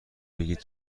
بگید